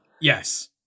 Yes